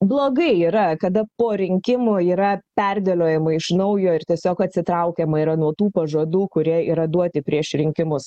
blogai yra kada po rinkimų yra perdėliojama iš naujo ir tiesiog atsitraukiama yra nuo tų pažadų kurie yra duoti prieš rinkimus